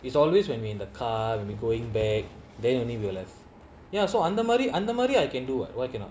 it's always when we in the car going back then only realise ya so under marry under marry I can do [what] why cannot